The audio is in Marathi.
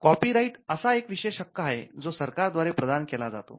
कॉपी राईट असा एक विशेष हक्क आहे जो सरकार द्वारे प्रदान केला जातो